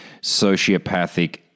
sociopathic